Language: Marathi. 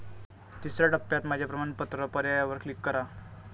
तिसर्या टप्प्यात माझ्या प्रमाणपत्र पर्यायावर क्लिक करा